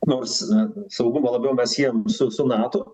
nors na saugumą labiau siejam su su nato